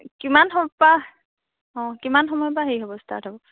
কিমান পৰা অ' কিমান সময় পৰা হেৰি হ'ব ষ্টাৰ্ট হ'ব